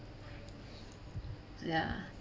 ya